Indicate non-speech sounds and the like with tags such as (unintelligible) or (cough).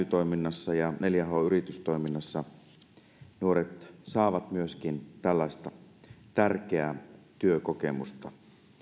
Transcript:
(unintelligible) toiminnassa ja neljä h yritystoiminnassa nuoret saavat myöskin tällaista tärkeää työkokemusta